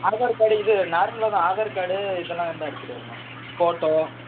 Aadhaar card இது நார்மலாக தான் ஆதார் கார்டு இதெல்லாம்தான் எடுத்துகிட்டு வரணும் ஃபோட்டோ